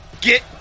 Get